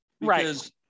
Right